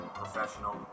professional